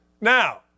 Now